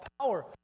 power